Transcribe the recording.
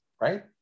right